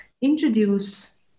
introduce